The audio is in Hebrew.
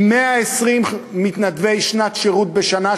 עם 120 מתנדבי שנת שירות בשנה,